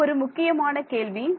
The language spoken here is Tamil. இது ஒரு முக்கியமான கேள்வி